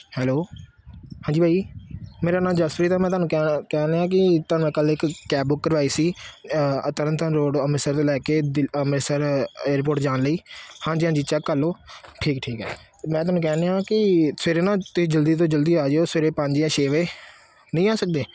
hello ਹਾਂਜੀ ਬਾਈ ਮੇਰਾ ਨਾਂ ਜਸਪ੍ਰੀਤ ਹੈ ਮੈਂ ਤੁਹਾਨੂੰ ਕਹਿਣ ਕਹਿਣ ਦਿਆਂ ਕਿ ਤੁਹਾਨੂੰ ਮੈਂ ਕੱਲ੍ਹ ਇੱਕ ਕੈਬ ਬੁੱਕ ਕਰਵਾਈ ਸੀ ਤਰਨਤਾਰਨ ਰੋਡ ਅੰਮ੍ਰਿਤਸਰ ਤੋਂ ਲੈ ਕੇ ਦਿ ਅੰਮ੍ਰਿਤਸਰ ਏਅਰਪੋਰਟ ਜਾਣ ਲਈ ਹਾਂਜੀ ਹਾਂਜੀ ਚੈੱਕ ਕਰ ਲਓ ਠੀਕ ਹੈ ਠੀਕ ਹੈ ਮੈਂ ਤੁਹਾਨੂੰ ਕਹਿਣ ਦਿਆਂ ਕਿ ਸਵੇਰੇ ਨਾ ਤੁਸੀਂ ਜਲਦੀ ਤੋਂ ਜਲਦੀ ਆ ਜਿਓ ਸਵੇਰੇ ਪੰਜ ਜਾਂ ਛੇ ਵਜੇ ਨਹੀਂ ਆ ਸਕਦੇ